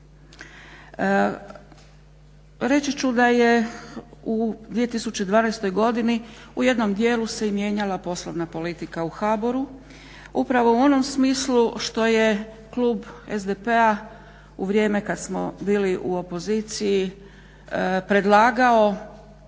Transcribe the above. Reći ću da je u 2012. godini u jednom dijelu se i mijenjala poslovna politika u HBOR-u upravo u onom smislu što je klub SDP-a u vrijeme kad smo bili u opoziciji predlagao